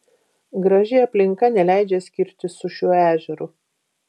graži aplinka neleidžia skirtis su šiuo ežeru